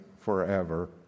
forever